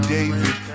David